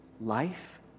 life